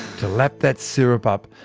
to lap that syrup up,